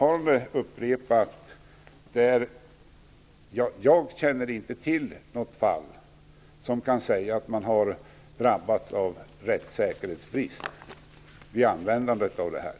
Jag vill upprepa att jag inte känner till något fall där man kan säga att någon har drabbats av brist på rättssäkerhet när denna klausul har använts.